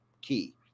key